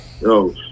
yo